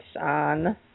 on